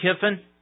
Kiffin